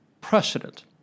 precedent